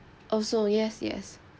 also yes yes